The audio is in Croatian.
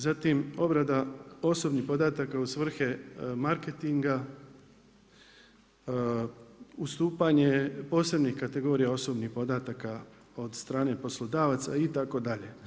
Zatim, obrada osobnih podataka u svrhe marketinga, ustupanje posebnih kategorija osobnih podataka od strane poslodavaca itd.